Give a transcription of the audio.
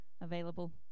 available